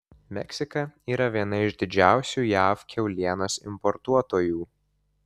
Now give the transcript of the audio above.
meksika yra viena iš didžiausių jav kiaulienos importuotojų